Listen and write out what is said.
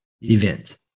event